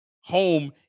Home